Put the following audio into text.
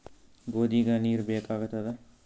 ಗೋಧಿಗ ನೀರ್ ಬೇಕಾಗತದ?